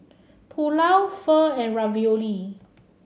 Pulao Pho and Ravioli